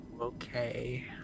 Okay